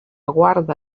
guarda